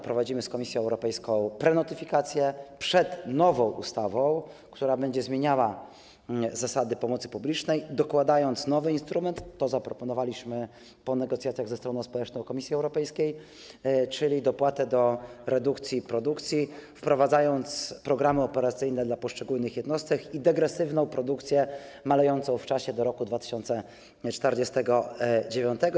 Prowadzimy z Komisją Europejską prenotyfikację przed nową ustawą, która będzie zmieniała zasady pomocy publicznej, dokładając nowy instrument - to zaproponowaliśmy po negocjacjach ze stroną społeczną Komisji Europejskiej - czyli dopłatę do redukcji produkcji, wprowadzając programy operacyjne dla poszczególnych jednostek i degresywną produkcję malejącą w czasie do roku 2049.